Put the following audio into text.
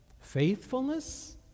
faithfulness